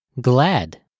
Glad